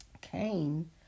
Cain